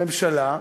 הממשלה,